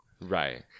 Right